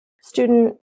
student